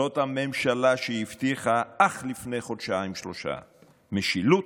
זאת הממשלה שהבטיחה אך לפני חודשיים-שלושה משילות,